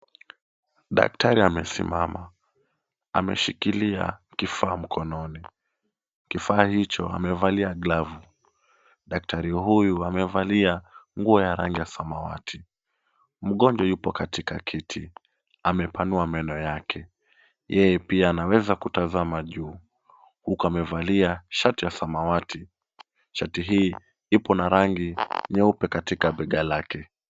Daktari amesimama, ameshikilia kifaa mkononi. Kifaa hicho amevalia glavu. Daktari huyu amevalia nguo ya rangi ya samawati. Mgonjwa yupo katika kiti, amepanua meno yake. Yeye pia anaweza kutazama juu, huku amevalia shati ya samawati .Shati hii ipo na rangi nyeupe katika bega lake.